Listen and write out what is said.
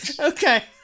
Okay